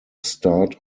start